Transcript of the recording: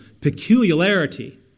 peculiarity